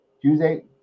Tuesday